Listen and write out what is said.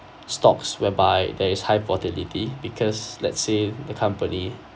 stocks whereby there is high volatility because let's say the company